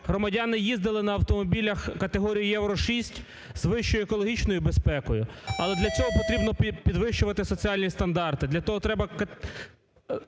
громадяни їздили на автомобілях категорії "Євро-6" з вищою екологічною безпекою, але для цього потрібно підвищувати соціальні стандарти, для того треба